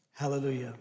Hallelujah